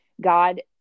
God